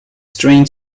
strained